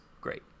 great